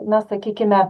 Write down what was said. na sakykime